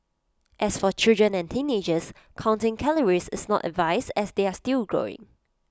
as for children and teenagers counting calories is not advised as they are still growing